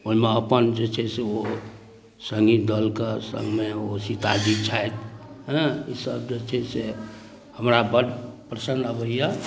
ओहिमे अपन जे छै से ओ सङ्गी दलके सङ्गमे ओ सीताजी छथि हँ ईसब जे छै से हमरा बड़ पसिन्न अबैए